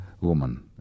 woman